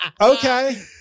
okay